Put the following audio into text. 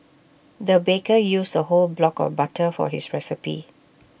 the baker used A whole block of butter for his recipe